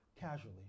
casually